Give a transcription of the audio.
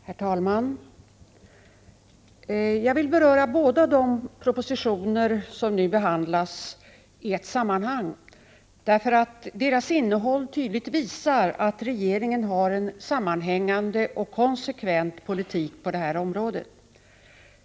Herr talman! Jag skall beröra båda de propositioner som nu behandlas i ett sammanhang, bl.a. därför att deras innehåll tydligt visar att regeringen för en sammanhängande och konsekvent politik på detta område.